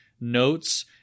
notes